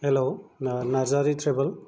हेल' Narzary travel